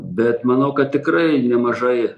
bet manau kad tikrai nemažai